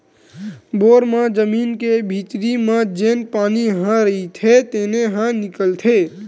bore म जमीन के भीतरी म जेन पानी ह रईथे तेने ह निकलथे